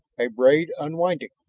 a braid unwinding.